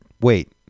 Wait